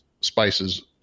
spices